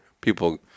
people